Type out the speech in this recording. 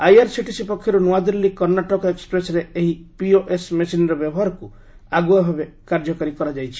IRCTC ପକ୍ଷରୁ ନ୍ତଆଦିଲ୍ଲୀ କର୍ଷାଟକ ଏକ୍ଟ୍ରେସ୍ରେ ଏହି ପିଓଏସ୍ ମେସିନ୍ର ବ୍ୟବହାରକୁ ଆଗୁଆ ଭାବେ କାର୍ଯ୍ୟକାରୀ କରାଯାଇଛି